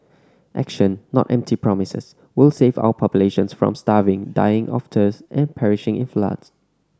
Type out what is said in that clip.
action not empty promises will save our populations from starving dying of thirst and perishing in floods